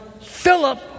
Philip